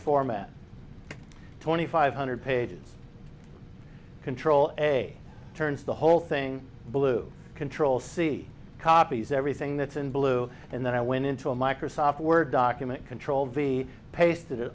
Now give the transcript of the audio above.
format twenty five hundred pages control a turns the whole thing blue control see copies everything that's in blue and then i went into a microsoft word document control be pasted it